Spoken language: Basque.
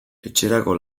etxerako